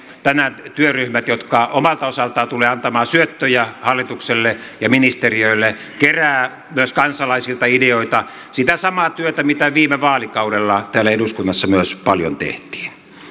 nämä työryhmät jotka omalta osaltaan tulevat antamaan syöttöjä hallitukselle ja ministeriöille keräävät myös kansalaisilta ideoita tekevät sitä samaa työtä mitä viime vaalikaudella täällä eduskunnassa myös paljon tehtiin